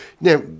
now